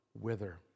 wither